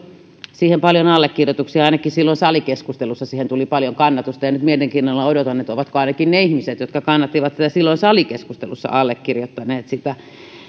siihen paljon allekirjoituksia ainakin silloin salikeskustelussa siihen tuli paljon kannatusta ja nyt mielenkiinnolla odotan ovatko ainakin ne ihmiset jotka kannattivat tätä silloin salikeskustelussa allekirjoittaneet sen